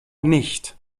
nicht